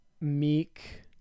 meek